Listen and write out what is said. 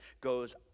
goes